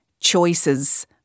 choices